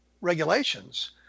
regulations